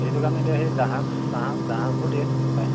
সেইটো কাৰণে তোৰ সেই জাহাজ চাহাজ জাহাজবোৰ দিয়ে প্ৰায়